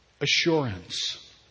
assurance